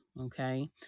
okay